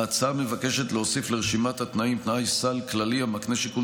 ההצעה מבקשת להוסיף לרשימת התנאים תנאי סל כללי המקנה שיקול